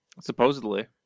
Supposedly